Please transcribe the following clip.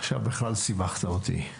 עכשיו בכלל סיבכת אותי.